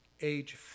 age